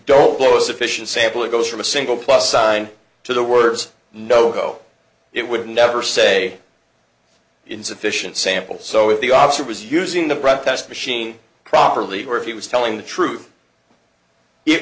don't blow a sufficient sample it goes from a single plus sign to the words no it would never say insufficient sample so if the officer was using the breath test machine properly or if he was telling the truth it